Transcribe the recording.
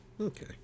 Okay